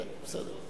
בסדר.